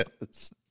Yes